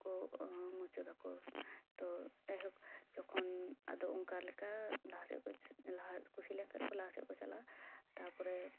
ᱢᱩᱪᱟᱹᱫ ᱟᱠᱚ ᱛᱚ ᱡᱟᱭᱦᱳᱠ ᱛᱚᱠᱷᱚᱱ ᱟᱫᱚ ᱩᱱᱠᱟ ᱞᱮᱠᱟ ᱞᱟᱦᱟ ᱥᱮᱡ ᱠᱚ ᱠᱩᱥᱤ ᱞᱮᱱ ᱠᱷᱟᱡ ᱠᱚ ᱞᱟᱦᱟ ᱥᱮᱡ ᱠᱚ ᱪᱟᱞᱟᱜᱼᱟ ᱛᱟᱨᱯᱚᱨᱮ